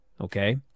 okay